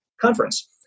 conference